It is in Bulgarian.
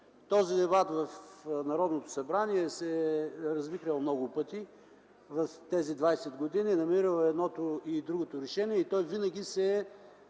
Този въпрос в Народното събрание се е развихрял много пъти през тези 20 години, намирал е и едното, и другото решение. Той винаги се е